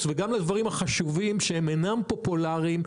וגם לדברים החשובים שהם אינם פופולריים,